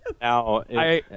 now